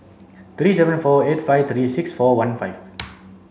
three seven four eight five three six four one five